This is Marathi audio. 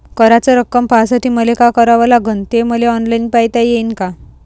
कराच रक्कम पाहासाठी मले का करावं लागन, ते मले ऑनलाईन पायता येईन का?